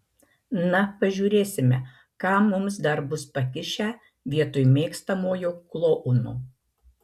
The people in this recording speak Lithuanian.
na pažiūrėsime ką mums dar bus pakišę vietoj mėgstamojo klouno